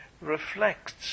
Reflects